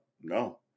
no